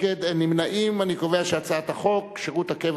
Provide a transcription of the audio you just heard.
ההצעה להעביר את הצעת חוק שירות קבע